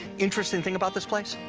interesting thing about this place?